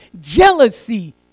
jealousy